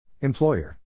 Employer